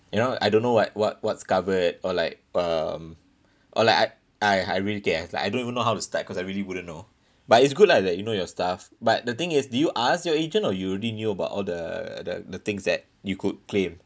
you know I don't know what what what's covered or like um or like I I I really can't like I don't even know how to start because I really wouldn't know but it's good lah that you know your stuff but the thing is do you ask your agent or you already knew about all the the the things that you could claim